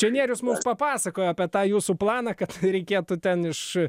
tai nėrius mums papasakojo apie tą jūsų planą kad reikėtų ten iš